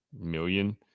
million